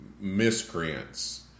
miscreants